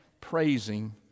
praising